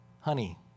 honey